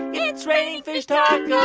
yeah it's raining fish tacos